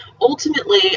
Ultimately